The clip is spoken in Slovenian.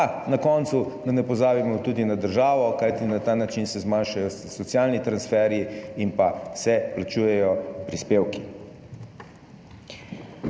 na koncu ne pozabimo tudi na državo, kajti na ta način se zmanjšajo socialni transferji in se plačujejo prispevki.